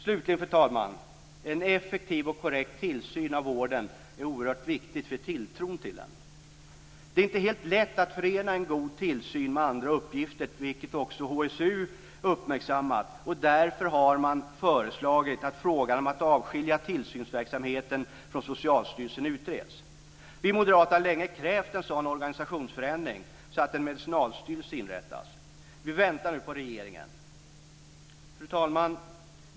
Slutligen, fru talman: En effektiv och korrekt tillsyn av vården är oerhört viktig för tilltron till den. Det är inte helt lätt att förena en god tillsyn med andra uppgifter, vilket också HSU uppmärksammat. Därför har man också föreslagit att frågan om att avskilja tillsynsverksamheten från Socialstyrelsen utreds. Vi moderater har länge krävt en sådan organisationsförändring så att en medicinalstyrelse inrättas. Vi väntar nu på regeringen. Fru talman!